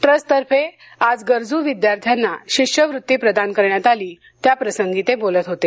trust तर्फे आज गरजू विद्यार्थ्यांना शिष्यवृत्ती प्रदान करण्यात आली त्याप्रसंगी ते बोलत होते